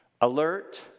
Alert